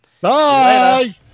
Bye